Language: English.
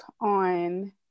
on